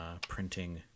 printing